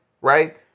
right